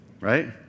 right